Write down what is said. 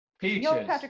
peaches